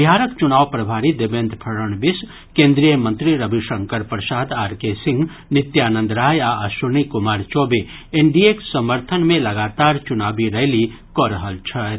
बिहारक चुनाव प्रभारी देवेन्द्र फड़णवीस केन्द्रीय मंत्री रविशंकर प्रसाद आर के सिंह नित्यानंद राय आ अश्विनी कुमार चौबे एनडीएक समर्थन मे लगातार चुनावी रैली कऽ रहल छथि